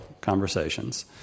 conversations